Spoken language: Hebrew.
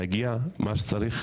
נעשה מה שצריך.